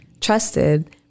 trusted